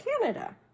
Canada